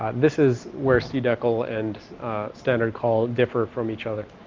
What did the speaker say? this is where cdecl and standard call differ from each other